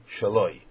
shaloi